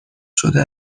شده